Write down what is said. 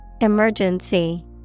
Emergency